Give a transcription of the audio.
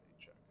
check